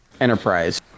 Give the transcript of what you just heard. enterprise